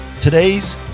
Today's